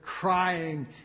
crying